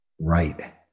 right